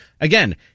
again